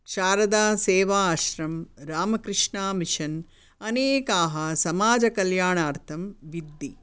शारदासेवा आश्रम् रामकृष्णा मिशन् अनेकाः समाजकल्याणार्थं विद्धि